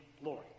glory